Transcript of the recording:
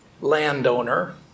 landowner